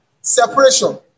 separation